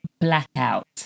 blackout